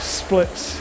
splits